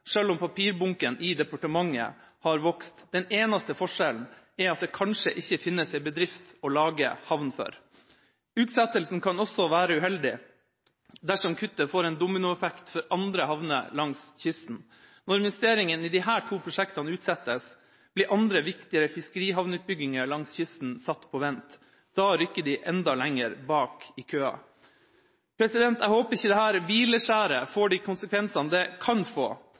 selv om papirbunken i departementet har vokst. Den eneste forskjellen er at det kanskje ikke finnes en bedrift å lage havn for. Utsettelsen kan også være uheldig dersom kuttet får en dominoeffekt for andre havner langs kysten. Når investeringa i disse prosjektene utsettes, blir andre viktige fiskerihavnutbygginger langs kysten satt på vent. Da rykker de enda lenger bak i køen. Jeg håper ikke dette hvileskjæret får de konsekvensene det kan få.